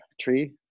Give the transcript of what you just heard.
tree